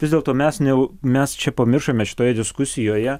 vis dėlto mes ne mes čia pamiršome šitoje diskusijoje